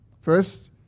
First